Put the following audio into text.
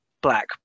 black